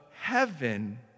heaven